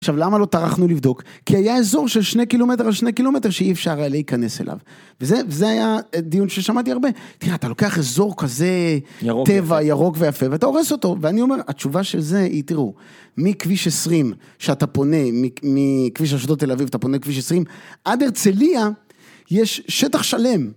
עכשיו למה לא טרחנו לבדוק, כי היה אזור של שני קילומטר על שני קילומטר שאי אפשר היה להיכנס אליו וזה היה דיון ששמעתי הרבה תראה אתה לוקח אזור כזה טבע ירוק ויפה ואתה הורס אותו ואני אומר התשובה של זה היא תראו, מכביש 20 שאתה פונה מכביש השדות תל אביב אתה פונה מכביש 20 עד ארצליה יש שטח שלם